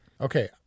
Okay